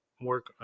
work